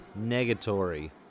Negatory